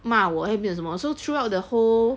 骂我他也没有什么 so throughout the whole